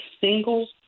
single